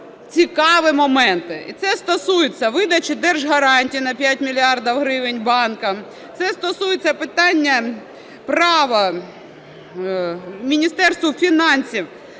цікаві моменти і це стосується видачі держгарантії на 5 мільярдів гривень банкам, це стосується питання права Міністерству фінансів